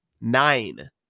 nine